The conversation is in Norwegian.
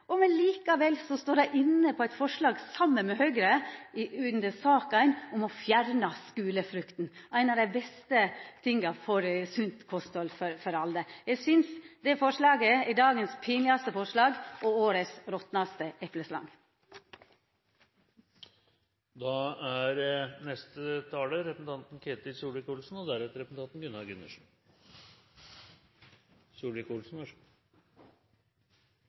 Likevel står dei inne for eit forslag, saman med Høgre, i saka om å fjerna skulefrukta – eitt av dei beste tiltaka for sunt kosthald for alle. Eg synest at det forslaget er dagens pinlegaste forslag og årets